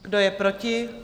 Kdo je proti?